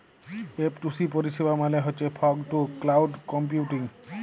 F two C পরিষেবা মালে হছ ফগ টু ক্লাউড কম্পিউটিং